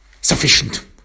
sufficient